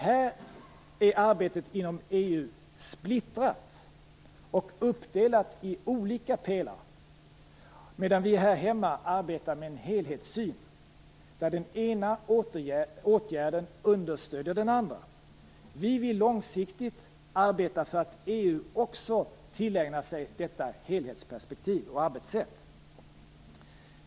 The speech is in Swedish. Här är arbetet inom EU splittrat och uppdelat i olika pelare, medan vi här hemma arbetar med en helhetssyn, där den ena åtgärden understödjer den andra. Vi vill långsiktigt arbeta för att EU också tillägnar sig detta helhetsperspektiv och arbetssätt.